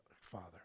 Father